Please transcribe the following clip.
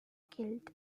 killed